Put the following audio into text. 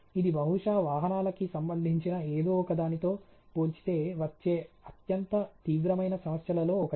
ఇది బహుశా వాహనాల కి సంబంధించిన ఏదో ఒకదానితో పోల్చితే వచ్చే అత్యంత తీవ్రమైన సమస్యలలో ఒకటి